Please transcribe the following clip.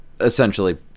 essentially